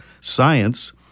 science